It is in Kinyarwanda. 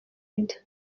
inda